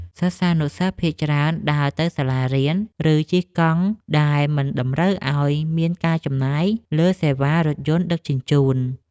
សិស្សានុសិស្សភាគច្រើនដើរទៅសាលារៀន ឬជិះកង់ដែលមិនតម្រូវឱ្យមានការចំណាយលើសេវារថយន្តដឹកជញ្ជូន។